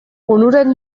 onuren